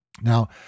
Now